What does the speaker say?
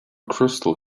crystal